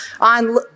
on